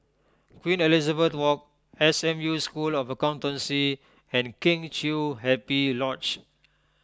Queen Elizabeth Walk S M U School of Accountancy and Kheng Chiu Happy Lodge